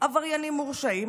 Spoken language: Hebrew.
עבריינים מורשעים,